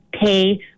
Pay